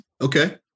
Okay